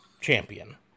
champion